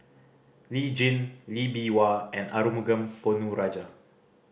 Lee Tjin Lee Bee Wah and Arumugam Ponnu Rajah